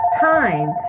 time